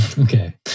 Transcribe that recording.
Okay